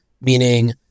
meaning